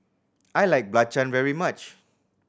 I like belacan very much